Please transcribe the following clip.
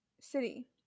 City